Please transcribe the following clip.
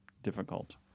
Difficult